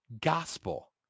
gospel